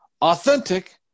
Authentic